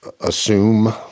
assume